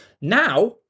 Now